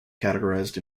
categorized